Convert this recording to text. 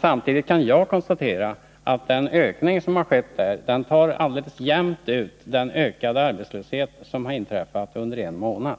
Samtidigt kan jag konstatera att den ökning som skett där tar jämnt ut den ökning av arbetslösheten som uppstått under en månad.